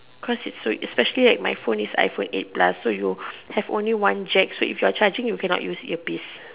cause especially right my phone is I phone eight plus so you have only one Jack so if you're charging you cannot use ear piece